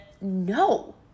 no